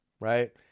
right